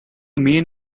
mean